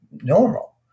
Normal